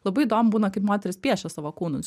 labai įdomu būna kaip moteris piešia savo kūnus